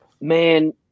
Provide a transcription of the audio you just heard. man